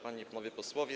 Panie i Panowie Posłowie!